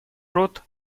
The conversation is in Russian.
рот